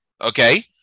Okay